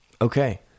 Okay